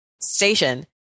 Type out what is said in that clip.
Station